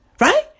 Right